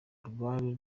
rwari